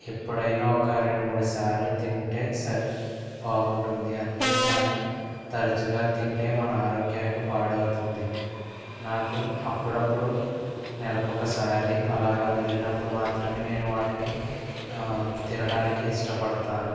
ఎప్పుడైనా ఒక రెండు మూడుసార్లు తింటే సర్ బాగుంటుంది అంతేకానీ తరచుగా తింటే మన ఆరోగ్యానికి పాడవుతుంది నాకు అప్పుడప్పుడు నెలకొకసారి అలాగ వెళ్ళినప్పుడు మాత్రమే నేను వాటిని తినడానికి ఇష్టపడతాను